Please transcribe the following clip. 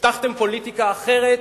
הבטחתם פוליטיקה אחרת,